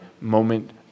moment